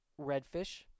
redfish